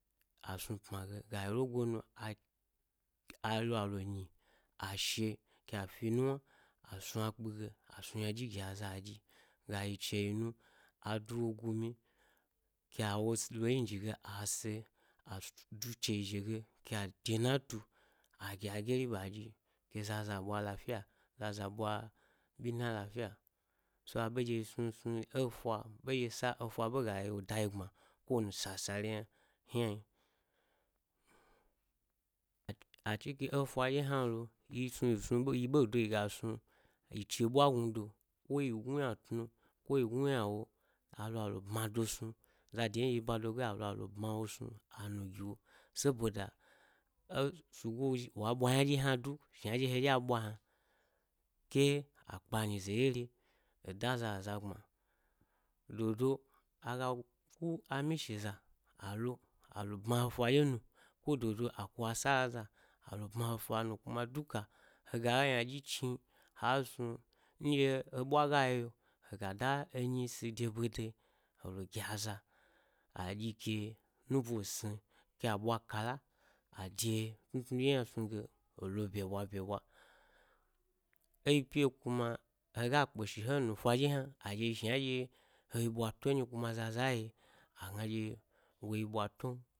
A snu’ pm age, ga yi rogo nu a, ke, alo—alo nyi, a sho, ke a finuwna a snu akpige a snu, ynaɗye gi aza a ɗyi, gayi chayi nu, adu guna, ke, a wo lo inji ge, ase, a du chenyil, ke, a de na tu, agi agyori ɓa ɗyiko zaza ẻ ɓwa lafla zaza ɓya ɓyira lafya, so, aɓe ɗye snu snu e fa-ɓe ɗye sa efi ɓe ga dayi gbma ko wani sasale yna, ynan a, a cila e efa ɗye yna lo, yi snu yi snu be, yi yi ɓe doyi yiga snu yi che ɓwa gnado ko yi gnu ynatnu, ko yignu ynawo, alo, alo bnado snu zado yi bade ge alo ale bmade snu alo ale nu giwo, saboda esugo loozhi, wa ɓwa yna ɗye hna du, shna he ɗye ɓwa yna, ke-a kpa nyize ɗye re eda zaza gbma dodo, aga ku amishoza, alo alo bma he fa ɗye nu ko dodo aku salsa alo bna he fa nu, kuma duka hega yna dyi chni ha snu nɗye eɓwa ga yeb hega da enyi si de bida, hele gi aza aɗyi ke nubo e sni kes ɓwa kalla ade tnu tnu ɗye hna snug e elo byebwa ɓye ɓwa. Eyi’ pypo kuma, hega kpe shy’ o he nufa ɗye hnan aɗye ji shna eɗye he ji ɓwalo nyi kuma e zaza ye agna ɗye woyi ɓwadon.